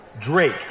Drake